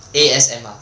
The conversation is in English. A_S_M_R